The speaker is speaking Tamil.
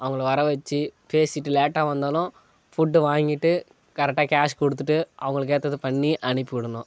அவங்கள வர வச்சி பேசிட்டு லேட்டாக வந்தாலும் ஃபுட்டு வாங்கிட்டு கரெக்டாக கேஷ் கொடுத்துட்டு அவங்களுக்கு ஏற்றத பண்ணி அனுப்பி விடணும்